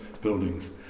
buildings